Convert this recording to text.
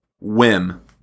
whim